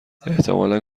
احتمالا